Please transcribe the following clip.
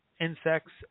insects